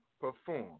perform